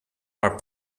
are